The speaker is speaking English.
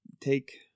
take